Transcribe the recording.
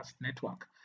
Network